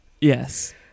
Yes